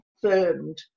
confirmed